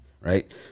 right